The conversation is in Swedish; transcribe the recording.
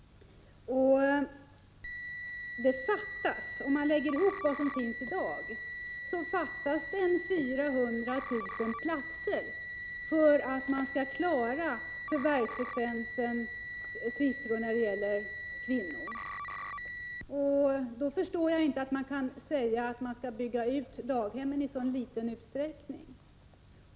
Om man lägger ihop det som finns i dag fattas det 400 000 platser för att man skall klara förvärvsfrekvensens siffror när det gäller kvinnor. Då förstår jag inte att man kan säga att man skall bygga ut daghemmen i så liten utsträckning.